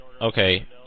Okay